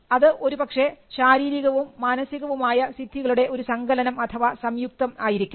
അത് ഒരുപക്ഷേ ശാരീരികവും മാനസികവുമായ സിദ്ധികളുടെ ഒരു സങ്കലനം അഥവാ സംയുക്തം ആയിരിക്കാം